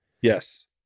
Yes